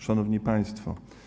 Szanowni Państwo!